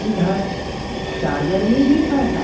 इधर चार्जर में भी पैसा लगा